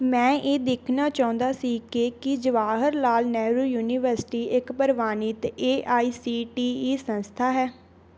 ਮੈਂ ਇਹ ਦੇਖਣਾ ਚਾਹੁੰਦਾ ਸੀ ਕਿ ਕੀ ਜਵਾਹਰ ਲਾਲ ਨਹਿਰੂ ਯੂਨੀਵਰਸਿਟੀ ਇੱਕ ਪ੍ਰਵਾਨਿਤ A I C T E ਸੰਸਥਾ ਹੈ